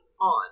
on